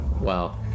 Wow